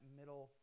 middle